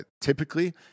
typically